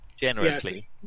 generously